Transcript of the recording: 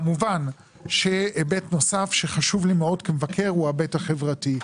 כמובן שהיבט נוסף שחשוב לי מאוד כמבקר הוא ההיבט החברתי.